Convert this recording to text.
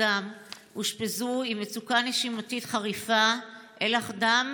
דם אושפזו עם מצוקה נשימתית חריפה ואלח דם